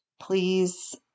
Please